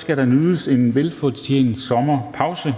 skal der nydes en velfortjent sommerpause.